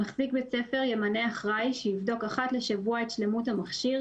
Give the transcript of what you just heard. (ב)מחזיק בית ספר ימנה אחראי שיבדוק אחת לשבוע את שלמות המכשיר,